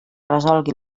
resolgui